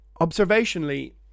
observationally